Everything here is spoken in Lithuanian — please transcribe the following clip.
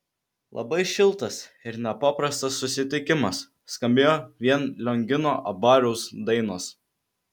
labai šiltas ir nepaprastas susitikimas skambėjo vien liongino abariaus dainos